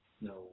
No